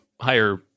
higher